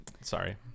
sorry